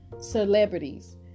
celebrities